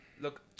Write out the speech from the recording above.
Look